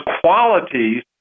qualities